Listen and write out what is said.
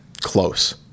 Close